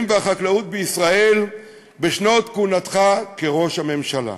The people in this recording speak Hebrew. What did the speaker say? והחקלאות בישראל בשנות כהונתך כראש הממשלה?